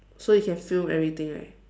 so you can film everything right